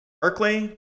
Berkeley